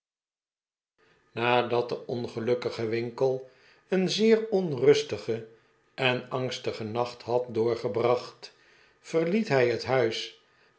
nadat de ongelukkige winkle een zeer onrustigen en angstigen nacht had doorgebracht verliet hij het huis